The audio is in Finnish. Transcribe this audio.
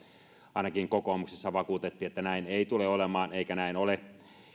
ainakin kokoomuksessa vakuutettiin että näin ei tule olemaan eikä näin ole